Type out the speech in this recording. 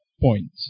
point